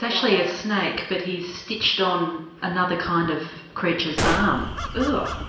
actually a snake but he's stitched on another kind of creature's um yeah